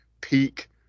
peak